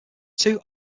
two